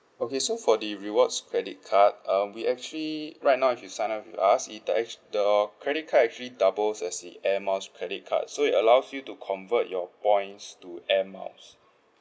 okay so for the rewards credit card uh we actually right now if you sign up with us it dou~ actua~ the credit card actually doubles as the air miles credit card so it allows you to convert your points to air miles